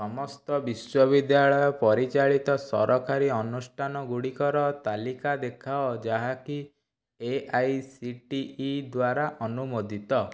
ସମସ୍ତ ବିଶ୍ୱବିଦ୍ୟାଳୟ ପରିଚାଳିତ ସରକାରୀ ଅନୁଷ୍ଠାନଗୁଡ଼ିକର ତାଲିକା ଦେଖାଅ ଯାହାକି A I C T E ଦ୍ଵାରା ଅନୁମୋଦିତ